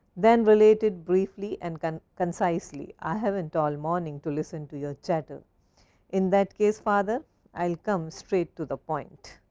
then relate it briefly and concisely. i haven't tall morning to listen to your chatter in that case, father i will come straight to the point.